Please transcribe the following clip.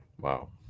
Wow